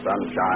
Sunshine